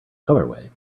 colorway